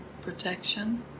protection